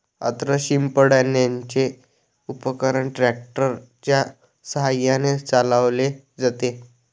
अन्न शिंपडण्याचे उपकरण ट्रॅक्टर च्या साहाय्याने चालवले जाते